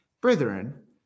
Brethren